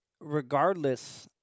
Regardless